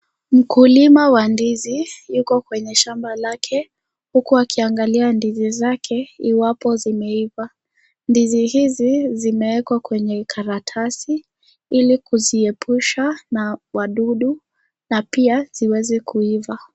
Mkulima wa ndizi yuko kwenye shamba lake, huku akiangalia ndizi zake iwapo zimeiva. Ndizi hizi, zimewekwa kwenye karatasi ili kuzihepusha na wadudu na pia ziweze kuiva.